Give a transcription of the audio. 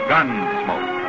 Gunsmoke